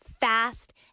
fast